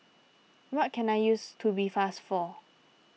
what can I use Tubifast for